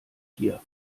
hier